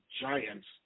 giants